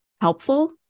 Helpful